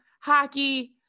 hockey